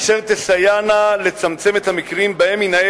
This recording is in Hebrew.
אשר תסייענה לצמצם את מספר המקרים שבהם יינעל